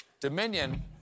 Dominion